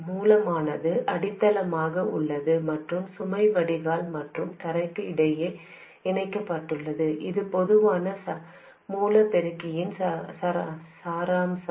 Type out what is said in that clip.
மூலமானது அடித்தளமாக உள்ளது மற்றும் சுமை வடிகால் மற்றும் தரைக்கு இடையில் இணைக்கப்பட்டுள்ளது இது பொதுவான மூல பெருக்கியின் சாராம்சம்